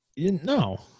no